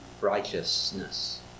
righteousness